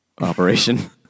operation